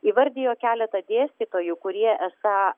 įvardijo keletą dėstytojų kurie esą